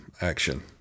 action